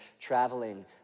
traveling